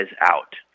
out